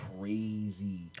Crazy